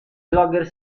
blogger